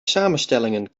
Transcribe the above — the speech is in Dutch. samenstellingen